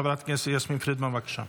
חברת הכנסת יסמין פרידמן, בבקשה.